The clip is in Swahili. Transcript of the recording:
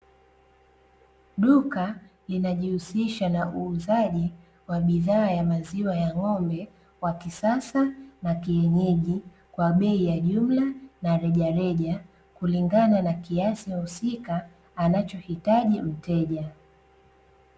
Duka linajihusisha na uuzaji wa bidhaa ya maziwa ya ng'ombe wa kisasa na kienyeji kwa bei ya jumla na rejareja kulingana na kiasi husika anachohitaji mteja.